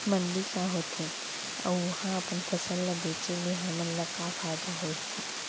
मंडी का होथे अऊ उहा अपन फसल ला बेचे ले हमन ला का फायदा होही?